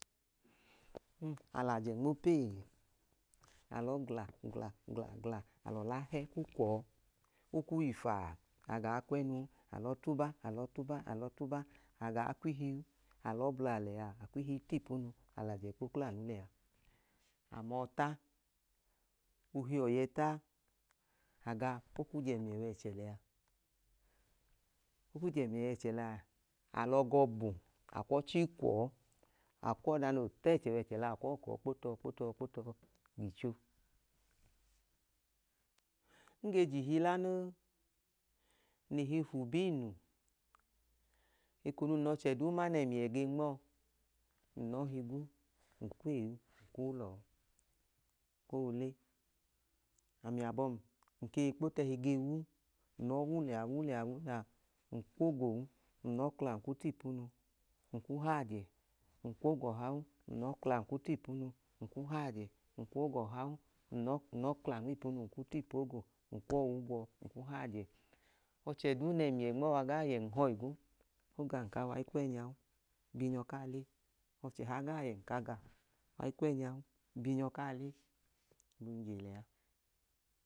A lẹ ajẹ nmo pee. Lẹ ọọ gla, gla, gla, a lẹ ọla hẹ kwu ọọ. O kwu yi faa. A gaa kwu ẹnu u, a lọọ tuba, a lọọ tuba, a lọọ tuba. A lọọ bla liya, a kwu ihi i ta ipuu, a lẹ ajẹ kpo kla anu liya. A ma ọọ ta. Ohi ọya ẹta, a ga, o kwu je ẹmiyẹ wa ẹchẹ liya. O kwu je ẹmiyẹ wa ẹchẹ liya, a lẹ ọgọ bu, a kwu ọchi u kwu ọọ. A kwu ọda noo tẹchẹ wa ẹchẹ liya a, a kwu ọọ kpo tọ, kpo tọ kpo tọ gicho. Ng ge je ihi la noo. Ng lẹ ihi fu ba inu, eko duu num lẹ ọchẹ duu ma nẹ ẹmiyẹ ge nmo ọọ, ng lọọ higwu, ng kwu ee u ng kwuu lọọ koo le. Ami abọm, ng ke i kpo tu ẹhi ge wu. Ng lọọ wu liya, ng kwu ogo u, ng lọọ kla ng kwu t ipu nu ng kwu hayi ajẹ, ng lọọ kla ng kwu ta ipu nu, ng kwu hayi ajẹ. Ng kwu ogo ọha u, ng lọọ kla ng kwu ta ipu nu ng kwu ọwu i gwu ọ, ng kwu ọọ i hayi ajẹ. Ọchẹ duu nẹ ẹmiyẹ nmo ọọ, noo wa i yẹ, ng hi ọọ igwu ka, a kwu ẹẹnya u, bi nyọ kaa le. Ọchẹ ọha gaa yẹ, ng ka a ga, wa i kwu ẹẹnya u, bi nyọ kaa le.